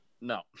No